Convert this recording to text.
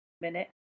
minute